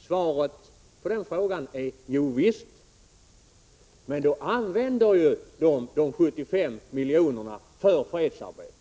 Svaret på den frågan är: Jo visst, men då använder ju organisationerna de 75 miljonerna för fredsarbete.